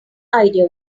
idea